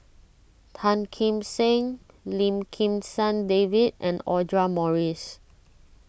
Tan Kim Seng Lim Kim San David and Audra Morrice